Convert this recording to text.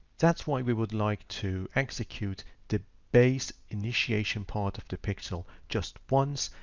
that's why we would like to execute the base initiation part of the pixel just once,